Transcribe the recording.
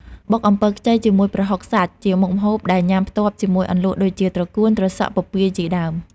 បុកអំពិលខ្ចីជាមួយប្រហុកសាច់ជាមុខម្ហូបដែលញាំផ្ទាប់ជាមួយអន្លក់ដូចជាត្រកួន ត្រសក់ ពពាយជាដើម។